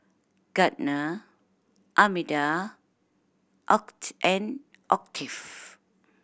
Gardner Armida and Octave